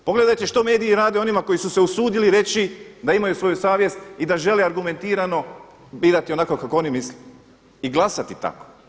Pogledajte što mediji rade onima koji su se usudili reći da imaju svoju savjest i da žele argumentirano birati onako kako oni misle i glasati tako.